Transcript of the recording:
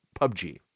PUBG